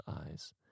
eyes